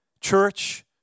Church